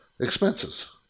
expenses